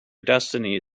destiny